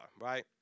right